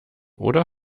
oder